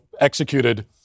executed